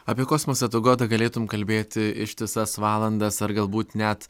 apie kosmosą tu goda galėtum kalbėti ištisas valandas ar galbūt net